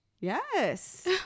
Yes